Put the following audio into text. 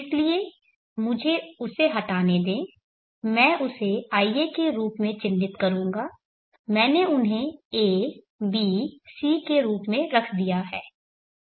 इसलिए मुझे उसे हटाने दें मैं उसे ia के रूप में चिह्नित करूंगा मैंने उन्हें a b c के रूप में रख दिया है